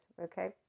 okay